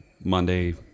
Monday